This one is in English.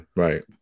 Right